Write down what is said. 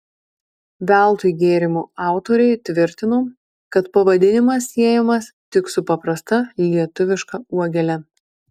veltui gėrimo autoriai tvirtino kad pavadinimas siejamas tik su paprasta lietuviška uogele